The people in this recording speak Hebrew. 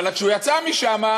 אבל כשהוא יצא משם,